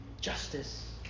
justice